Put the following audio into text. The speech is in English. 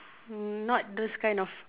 mm not those kind of